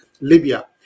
Libya